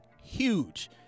huge